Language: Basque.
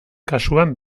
kasuan